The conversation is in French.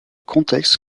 contexte